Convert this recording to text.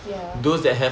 ya